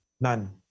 None